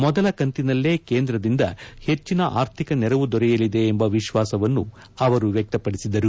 ಮೊದಲ ಕಂತಿನಲ್ಲೆ ಕೇಂದ್ರದಿಂದ ಹೆಚ್ಚಿನ ಆರ್ಥಿಕ ನೆರವು ದೊರೆಯಲಿದೆ ಎಂಬ ವಿಶ್ವಾಸವನ್ನು ಅವರು ವ್ಯಕ್ತ ಪದಿಸಿದರು